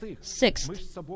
Sixth